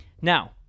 Now